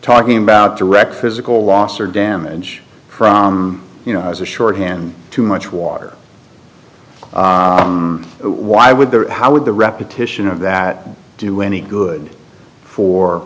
talking about direct physical loss or damage from you know as a shorthand too much water why would there how would the repetition of that do any good for